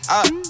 up